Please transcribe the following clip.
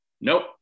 nope